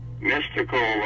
mystical